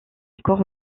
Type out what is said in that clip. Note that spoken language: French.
encore